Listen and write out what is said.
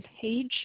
page